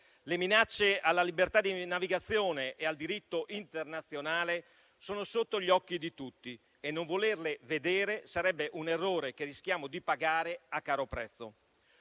Le minacce alla libertà di navigazione e al diritto internazionale sono sotto gli occhi di tutti e non volerle vedere sarebbe un errore che rischiamo di pagare a caro prezzo.